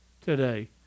today